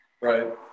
right